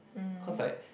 cause I